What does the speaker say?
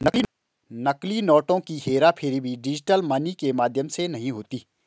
नकली नोटों की हेराफेरी भी डिजिटल मनी के माध्यम से नहीं होती